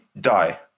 die